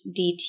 DT